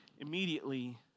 immediately